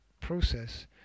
process